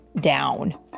down